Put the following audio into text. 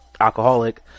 alcoholic